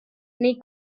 neu